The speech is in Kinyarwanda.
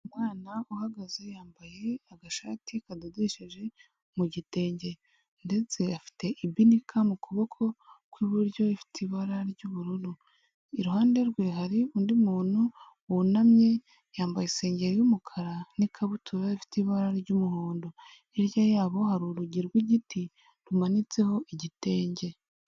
Umwana uhagaze, yambaye agashati kadodesheje mu gitenge ndetse afite ibinika mu kuboko kw'iburyo, ifite ibara ry'ubururu. Iruhande rwe, hari undi muntu wunamye, yambaye isengeri y'umukara n'ikabutura ifite ibara ry'umuhondo. Hirya yabo, hari urugi rw'igiti rumanitseho igitenge.